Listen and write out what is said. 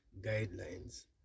guidelines